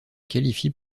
qualifie